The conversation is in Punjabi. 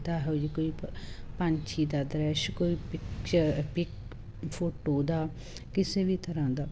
ਲੱਗਦਾ ਹੈ ਇਹੋ ਜਿਹੀ ਕੋਈ ਪੰਛੀ ਦਾ ਦ੍ਰਿਸ਼ ਕੋਈ ਪਿਕਚਰ ਪਿਕ ਫੋਟੋ ਦਾ ਕਿਸੇ ਵੀ ਤਰ੍ਹਾਂ ਦਾ